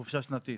חופשה שנתית.